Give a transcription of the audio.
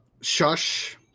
shush